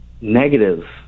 Negative